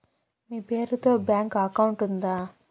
మీ పేరు తో bank account ఉందా?